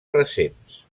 recents